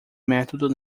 método